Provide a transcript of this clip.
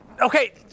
okay